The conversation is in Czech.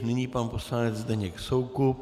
Nyní pan poslanec Zdeněk Soukup.